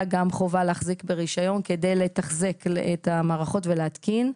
חלה גם חובה להחזיק ברישיון כדי לתחזק את המערכות ולהתקין.